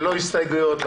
ללא הסתייגויות,